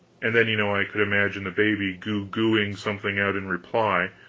and then, you know, i could imagine the baby goo-gooing something out in reply,